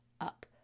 up